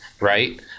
right